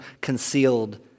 concealed